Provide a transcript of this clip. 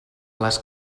les